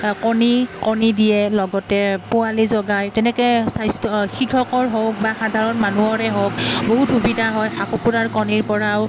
কণী কণী দিয়ে লগতে পোৱালি জগাই তেনেকৈ স্বাস্থ্য কৃষকৰ হওক বা সাধাৰণ মানুহৰে হওক বহুত সুবিধা হয় হাঁহ কুকুৰাৰ কণীৰপৰাও